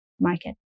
market